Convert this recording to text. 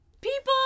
people